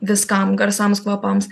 viskam garsams kvapams